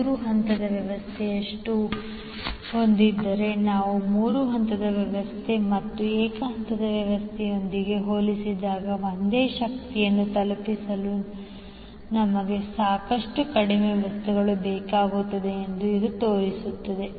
ಮೂರು ಹಂತದ ವ್ಯವಸ್ಥೆಯನ್ನು ಹೊಂದಿದ್ದರೆ ನಾವು ಮೂರು ಹಂತದ ವ್ಯವಸ್ಥೆ ಮತ್ತು ಏಕ ಹಂತದ ವ್ಯವಸ್ಥೆಯೊಂದಿಗೆ ಹೋಲಿಸಿದಾಗ ಒಂದೇ ಶಕ್ತಿಯನ್ನು ತಲುಪಿಸಲು ನಮಗೆ ಸಾಕಷ್ಟು ಕಡಿಮೆ ವಸ್ತುಗಳು ಬೇಕಾಗುತ್ತವೆ ಎಂದು ಇದು ತೋರಿಸುತ್ತದೆ